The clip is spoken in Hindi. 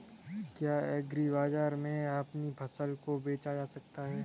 क्या एग्रीबाजार में अपनी फसल को बेचा जा सकता है?